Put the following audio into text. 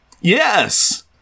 Yes